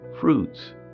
fruits